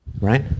Right